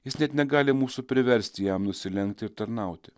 jis net negali mūsų priversti jam nusilenkti ir tarnauti